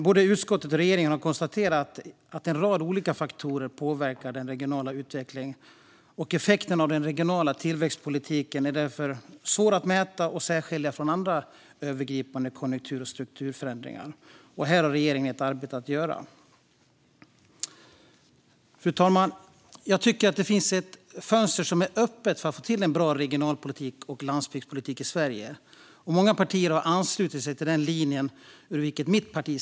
Både utskottet och regeringen har konstaterat att en rad olika faktorer påverkar den regionala utvecklingen. Effekterna av den regionala tillväxtpolitiken är därför svåra att mäta och särskilja från andra övergripande konjunktur och strukturförändringar. Här har regeringen ett arbete att göra. Fru talman! Jag tycker att det finns ett fönster öppet för att få till en bra regionalpolitik och landsbygdspolitik i Sverige. Många partier har anslutit sig till den linje ur vilket mitt parti.